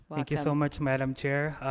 thank you so much madame chair,